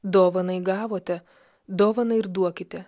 dovanai gavote dovaną ir duokite